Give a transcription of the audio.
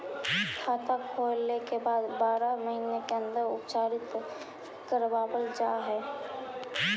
खाता खोले के बाद बारह महिने के अंदर उपचारित करवावल जा है?